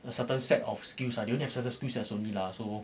a certain set of skills lah they only have certain skill sets only lah so